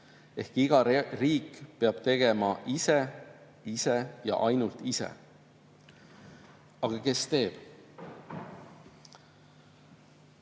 ehk iga riik peab tegema ise, ise ja ainult ise. Aga kes teeb?